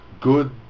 good